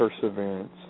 perseverance